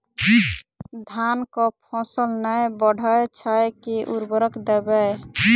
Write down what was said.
धान कऽ फसल नै बढ़य छै केँ उर्वरक देबै?